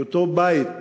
כי אותו בית,